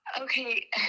Okay